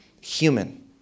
human